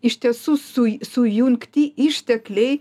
iš tiesų su sujungti ištekliai